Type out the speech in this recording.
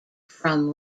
from